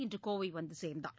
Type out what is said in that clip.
இன்று கோவை வந்து சேர்ந்தார்